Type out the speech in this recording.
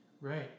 Right